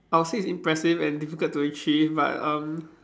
I would say is impressive and difficult to achieve but um